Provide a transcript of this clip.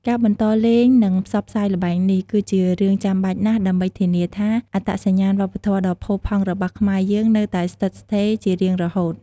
ការបន្តលេង និងផ្សព្វផ្សាយល្បែងនេះ គឺជារឿងចាំបាច់ណាស់ ដើម្បីធានាថា អត្តសញ្ញាណវប្បធម៌ដ៏ផូរផង់របស់ខ្មែរយើងនៅតែស្ថិតស្ថេរជារៀងរហូត។